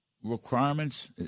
requirements